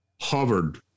hovered